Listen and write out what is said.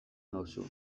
nauzu